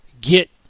get